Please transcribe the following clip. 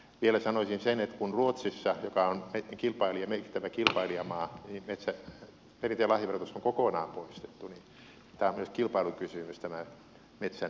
vielä sanoisin sen että ruotsissa joka on merkittävä kilpailijamaa perintö ja lahjaverotus on kokonaan poistettu niin että tämä metsän perintö ja lahjaveron huojennus on myös kilpailukysymys